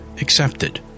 accepted